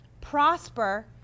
prosper